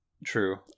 true